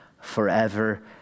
forever